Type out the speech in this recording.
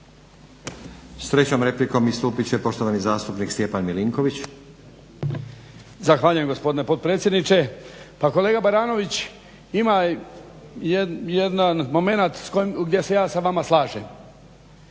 S trećom replikom istupit će poštovani zastupnik Stjepan MIlinković. **Milinković, Stjepan (HDZ)** Zahvaljujem gospodine potpredsjedniče. Pa kolega Baranović ima jedan momenat gdje se ja sa vama slažem.